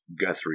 Guthrie